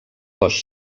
cos